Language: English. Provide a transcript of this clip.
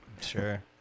Sure